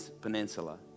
Peninsula